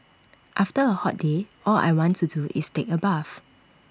after A hot day all I want to do is take A bath